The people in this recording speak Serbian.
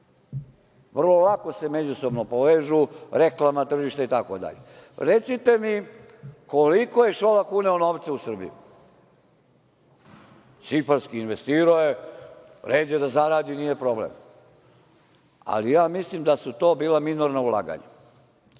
Vrlo lako se međusobno povežu, reklamno tržište i tako dalje. Recite mi koliko je Šolak uneo novca u Srbiju? Investirao je, red je da zaradi, nije problem, ali ja mislim da su to bila minorna ulaganja.